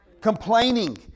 Complaining